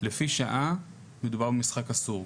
לפי שעה מדובר במשחק אסור.